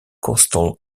coastal